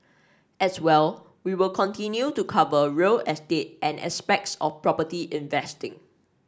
as well we'll continue to cover real estate and aspects of property investing